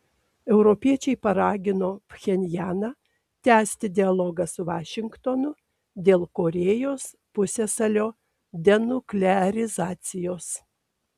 europiečiai paragino pchenjaną tęsti dialogą su vašingtonu dėl korėjos pusiasalio denuklearizacijos